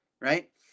right